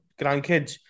grandkids